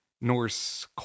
Norse